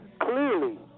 clearly